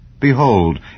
Behold